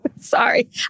Sorry